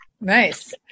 Nice